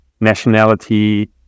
nationality